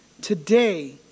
today